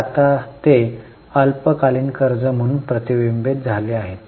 तर आता ते अल्पकालीन कर्ज म्हणून प्रतिबिंबितं झाले आहेत